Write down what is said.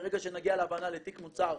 ברגע שנגיע לוועדה לתיק מוצר,